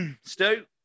Stu